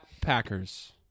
Packers